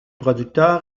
producteurs